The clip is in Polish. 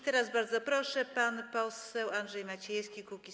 Teraz bardzo proszę, pan poseł Andrzej Maciejewski, Kukiz’15.